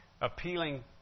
appealing